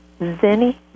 zenny